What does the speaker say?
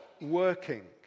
working